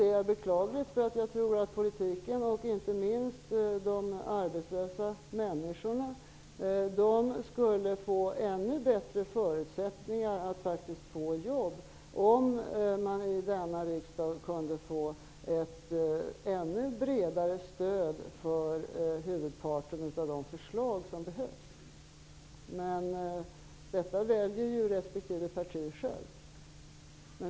Det är beklagligt, eftersom jag tror att politiken och inte minst de arbetslösa skulle få ännu bättre förutsättningar att faktiskt få jobb om man i denna riksdag kunde få ett ännu bredare stöd för huvudparten av de förslag som behövs. Men detta väljer ju respektive parti självt.